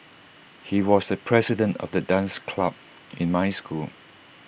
he was the president of the dance club in my school